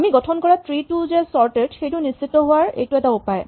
আমি গঠন কৰা ট্ৰী টো যে চৰ্টেড সেইটো নিশ্চিত হোৱাৰ এইটো এটা উপায়